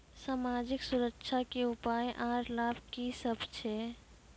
समाजिक सुरक्षा के उपाय आर लाभ की सभ छै?